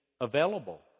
available